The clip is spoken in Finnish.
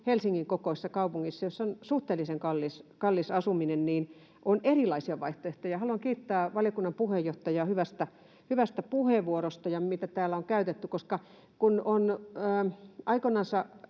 Helsingin kokoisessa kaupungissa, jossa on suhteellisen kallis asuminen, on erilaisia vaihtoehtoja. Haluan kiitää hyvästä puheenvuorosta valiokunnan puheenjohtajaa ja niistä, mitä täällä on käytetty, koska kun on aikoinansa